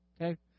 okay